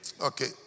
Okay